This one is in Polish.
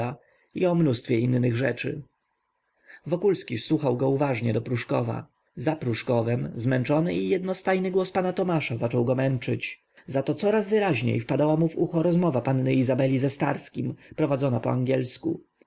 o mnóstwie innych rzeczy wokulski słuchał go uważnie do pruszkowa za pruszkowem zmęczony i jednostajny głos pana tomasza zaczął go męczyć zato coraz wyraźniej wpadała mu w ucho rozmowa panny izabeli ze starskim prowadzona po angielsku